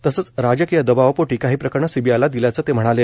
तसंच राजकीय दबावापोटी काही प्रकरणं सीबीआयला दिल्याचं ते म्हणाले